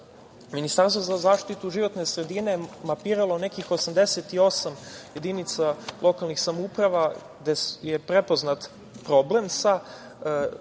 gas. Ministarstvo za zaštitu životne sredine mapiralo je nekih 88 jedinica lokalnih samouprava gde je prepoznat problem sa